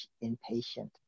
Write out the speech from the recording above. impatient